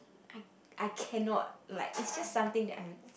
I I cannot like is just something that I